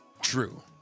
True